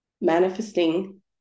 manifesting